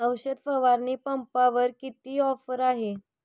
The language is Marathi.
औषध फवारणी पंपावर किती ऑफर आहे?